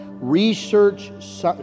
Research